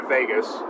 Vegas